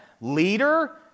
leader